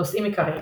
נושאים עיקריים